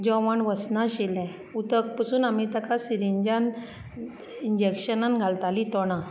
जेवण वचनाशिल्ले उदक पसून आमी ताका सिरींजान इंजेक्शनान घालताली तोंडांत